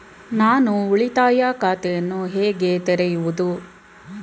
ನಾನು ಉಳಿತಾಯ ಖಾತೆಯನ್ನು ಹೇಗೆ ತೆರೆಯುವುದು?